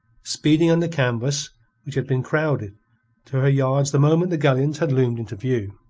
speeding under canvas which had been crowded to her yards the moment the galleons had loomed into view.